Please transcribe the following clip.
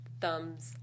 Thumbs